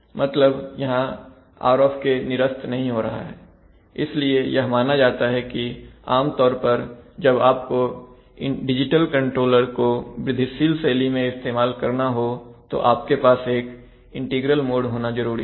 मतलब यहां r निरस्त नहीं हो रहा है इसलिए यह माना जाता है कि आमतौर पर जब आपको डिजिटल कंट्रोलर को वृद्धिशील शैली मैं इस्तेमाल करना हो तो आपके पास एक इंटीग्रल मोड होना जरूरी है